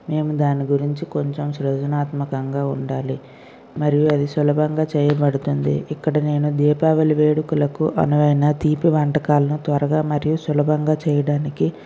మేము దాని గురించి కొంచెం సృజనాత్మకంగా ఉండాలి మరియు అది సులభంగా చేయబడుతుంది ఇక్కడ నేను దీపావళి వేడుకలకు అనువైన తీపి వంటకాలను త్వరగా మరియు సులభంగా చేయడానికి